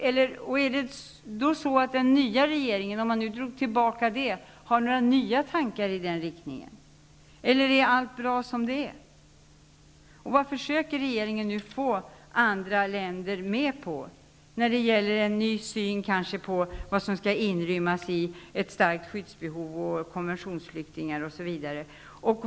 Har den nya regeringen, eftersom den drog tillbaka vår proposition, några nya tankar i den riktningen eller är allt bra som det är? Vad försöker regeringen nu få andra länder med på när det gäller en ny syn på vad som inryms i ett starkt skyddsbehov, konventionsflyktingar, osv.?